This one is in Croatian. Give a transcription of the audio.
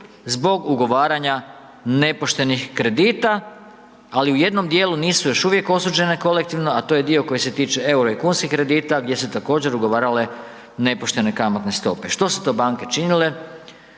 zbog ugovaranja nepoštenih kredita, ali u jednom dijelu nisu još uvijek osuđene kolektivno, a to je dio koji se tiče eura i kunskih kredita, gdje su se također, ugovarale nepoštene kamatne stope. Što su to banke činile?